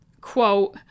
quote